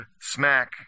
smack